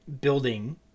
building